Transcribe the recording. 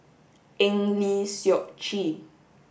Eng Lee Seok Chee